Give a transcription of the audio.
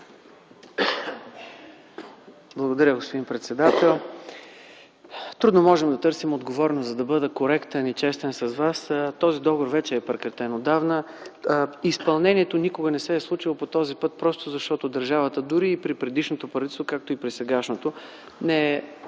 Благодаря, господин председател. Трудно можем да търсим отговорност. За да бъда коректен и честен с Вас, този договор отдавна е прекратен. По този път изпълнението никога не се е случило, просто защото държавата дори и при предишното правителство, както и при сегашното, не е